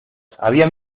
había